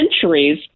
centuries